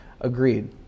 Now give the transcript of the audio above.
Agreed